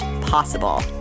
possible